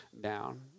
down